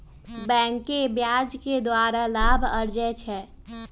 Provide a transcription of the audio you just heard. बैंके ब्याज के द्वारा लाभ अरजै छै